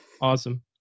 Awesome